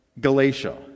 Galatia